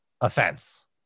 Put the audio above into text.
offense